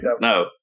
no